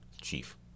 chief